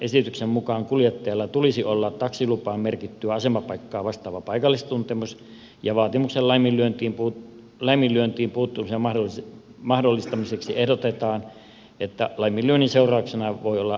esityksen mukaan kuljettajalla tulisi olla taksilupaan merkittyä asemapaikkaa vastaava paikallistuntemus ja vaatimuksen laiminlyöntiin puuttumisen mahdollistamiseksi ehdotetaan että laiminlyönnin seurauksena voi olla sakkorangaistus